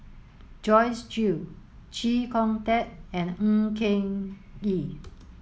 Joyce Jue Chee Kong Tet and Ng Eng Kee